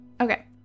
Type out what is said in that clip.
Okay